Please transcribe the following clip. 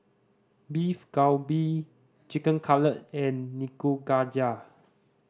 Beef Galbi Chicken Cutlet and Nikujaga